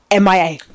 MIA